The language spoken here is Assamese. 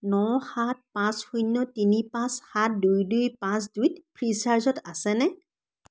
ন সাত পাঁচ শূন্য তিনি পাঁচ সাত দুই দুই পাঁচ দুই ফ্ৰী চাৰ্জত আছেনে